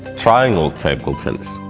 triangle table tennis!